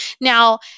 Now